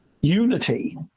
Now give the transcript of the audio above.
unity